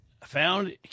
found